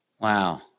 Wow